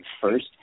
First